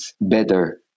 better